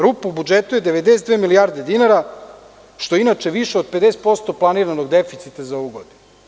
Rupa u budžetu je 92 milijarde dinara, što je inače više od 50% planiranog deficita za ovu godinu.